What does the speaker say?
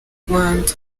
rwanda